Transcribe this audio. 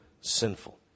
sinful